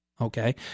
Okay